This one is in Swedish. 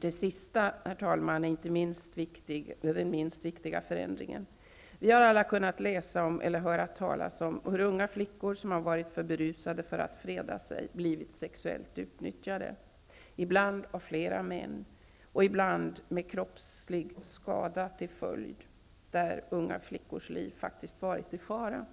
Det sistnämnda, herr talman, är inte den minst viktiga förändringen. Vi har alla kunnat läsa om eller hört talas om hur unga flickor, som har varit för berusade för att freda sig, har blivit sexuellt utnyttjade, ibland av flera män och ibland med kroppslig skada som följd, där de unga flickornas liv faktiskt har varit i fara.